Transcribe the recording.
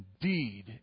indeed